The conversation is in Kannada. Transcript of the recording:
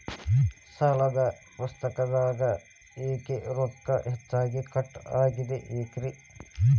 ಸಾಲದ ಪುಸ್ತಕದಾಗ ಯಾಕೊ ರೊಕ್ಕ ಹೆಚ್ಚಿಗಿ ಕಟ್ ಆಗೆದ ಯಾಕ್ರಿ?